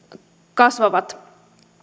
kasvavat